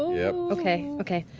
yeah okay, okay.